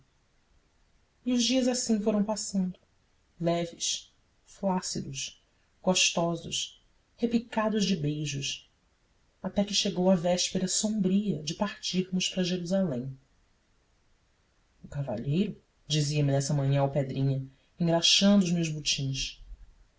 os dias assim foram passando leves flácidos gostosos repicados de beijos até que chegou a véspera sombria de partirmos para jerusalém o cavalheiro dizia-me nessa manhã alpedrinha engraxando os meus botins